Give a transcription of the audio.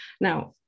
Now